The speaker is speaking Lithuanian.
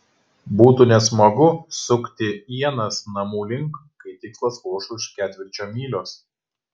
būtų nesmagu sukti ienas namų link kai tikslas vos už ketvirčio mylios